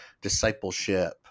discipleship